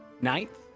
ninth